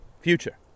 future